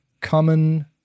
common